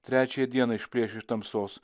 trečiąją dieną išplėš iš tamsos